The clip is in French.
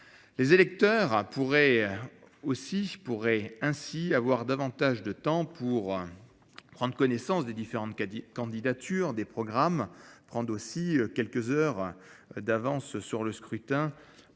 Les électeurs pourraient ainsi avoir davantage de temps pour prendre connaissance des différentes candidatures, des programmes, prendre aussi quelques heures d'avance sur le scrutin